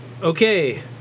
Okay